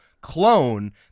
clone